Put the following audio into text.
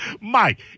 Mike